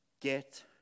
get